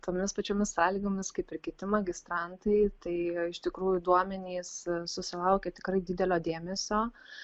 tomis pačiomis sąlygomis kaip ir kiti magistrantai tai iš tikrųjų duomenys susilaukė tikrai didelio dėmesio